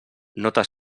nota